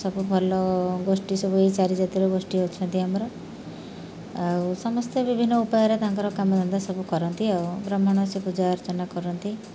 ସବୁ ଭଲ ଗୋଷ୍ଠୀ ସବୁ ଏଇ ଚାରି ଜାତିର ଗୋଷ୍ଠୀ ଅଛନ୍ତି ଆମର ଆଉ ସମସ୍ତେ ବିଭିନ୍ନ ଉପାୟରେ ତାଙ୍କର କାମଧନ୍ଦା ସବୁ କରନ୍ତି ଆଉ ବ୍ରାହ୍ମଣ ସେ ପୂଜା ଅର୍ଚ୍ଚନା କରନ୍ତି